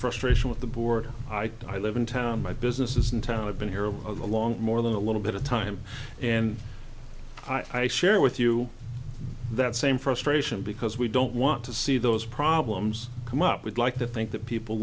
frustration with the board i live in town my business is in town i've been here all along more than a little bit of time and i share with you that same frustration because we don't want to see those problems come up with like the think that people